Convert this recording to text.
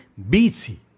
BC